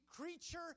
Creature